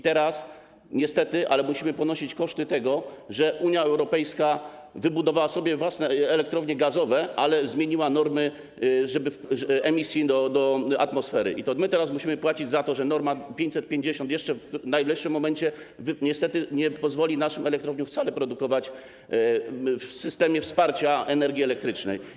Teraz, niestety, ale musimy ponosić koszty tego, że Unia Europejska wybudowała sobie własne elektrownie gazowe, ale zmieniła normy emisji do atmosfery i my teraz musimy płacić za to, że norma 550 jeszcze w najwyższym momencie niestety nie pozwoli naszym elektrowniom wcale produkować w systemie wsparcia energii elektrycznej.